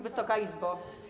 Wysoka Izbo!